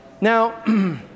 Now